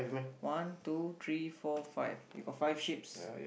one two three four five you got five sheep's